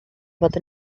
fod